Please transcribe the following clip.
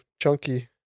chunky